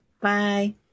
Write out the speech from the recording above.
Bye